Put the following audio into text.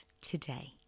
today